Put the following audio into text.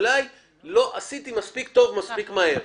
אולי לא עשיתי מספיק טוב ומספיק מהר.